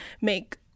make